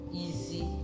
easy